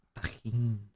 tajin